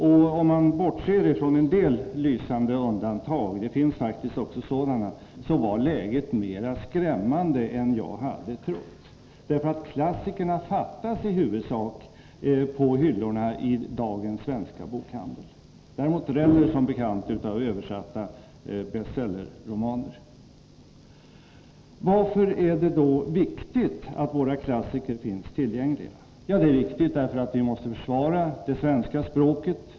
Om man bortser från en del lysande undantag — det finns faktiskt också sådana — var läget mera skrämmande än jag hade trott. Klassikerna fattas i huvudsak på hyllorna i dagens svenska bokhandel. Däremot dräller det som Varför är det då viktigt att våra klassiker finns tillgängliga? Jo, det är viktigt därför att vi måste försvara det svenska språket.